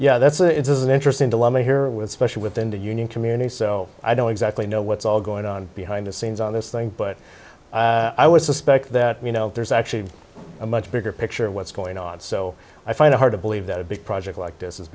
yeah that's a it's an interesting dilemma here with especially within the union community so i don't exactly know what's all going on behind the scenes on this thing but i would suspect that you know there's actually a much bigger picture of what's going on so i find it hard to believe that a big project like this